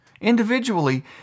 Individually